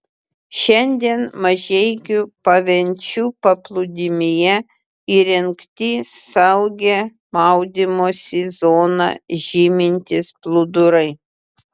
šiandien mažeikių pavenčių paplūdimyje įrengti saugią maudymosi zoną žymintys plūdurai